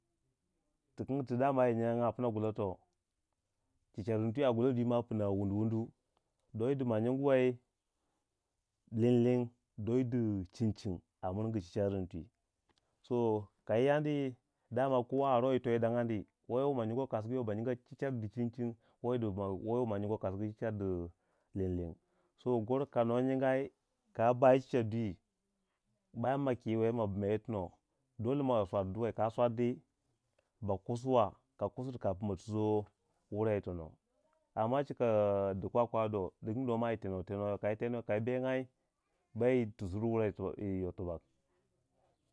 Ti king ti dama in kinga gai gulato, cicaringti a gula dwi mwa wundu wundu, doyyi di ma nyingoi linlin doyi di ma nyingoi cincin a miringi cicaring twi so kayi yandi dama, kowa aroyi toyo dangani, wo yi ma nyingoi a kasaugu ba nyinga cicar di cincin, wo yi ma nyingoi a kasagu cicar di linlin so goro kano nyingai, kaba yi cicar dwi, bama kiwe ma bame yitono, dole ma swardoi, ka swardi ba kusuwa, ka kusuri kafin ma toso wurai yitono, amma cika di kwakwa do diking do ma yi teno teno you, kai teno kai bengai bai tosiri wurai tono tibak.